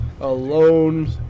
alone